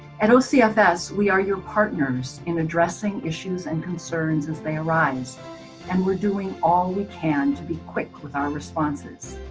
and ocfs yeah we are your partners in addressing issues and concerns as they arise and we're doing all we can to be quick with our responses.